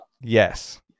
yes